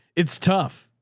it's tough.